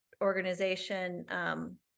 organization